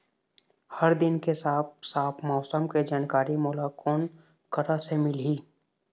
हर दिन के साफ साफ मौसम के जानकारी मोला कोन करा से मिलही?